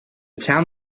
town